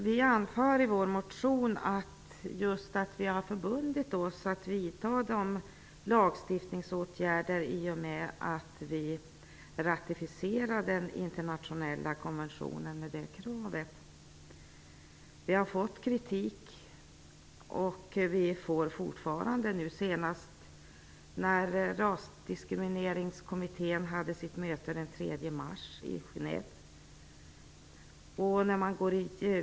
Vi anför i vår motion att Sverige har förbundit sig att vidta lagstiftningsåtgärder i och med att den internationella konventionen med det kravet ratificerats. Sverige har fått kritik, och vi får fortfarande sådan, nu senast vid Rasdiskriminieringskommitténs möte den 3 mars i Genève.